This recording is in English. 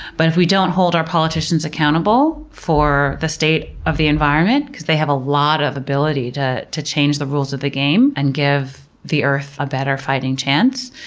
but if we don't hold our politicians accountable for the state of the environment, because they have a lot of ability to to change the rules of the game and give the earth a better fighting chance.